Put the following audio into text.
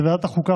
בוועדת החוקה,